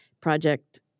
project